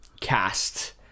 cast